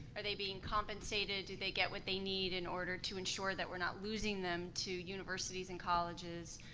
are they being compensated? did they get what they need in order to ensure that we're not losing them to universities and colleges.